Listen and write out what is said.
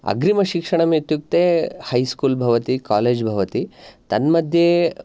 अग्रिमशिक्षणम् इत्युक्ते हैस्कुूल् भवति कालेज् भवति तन्मध्ये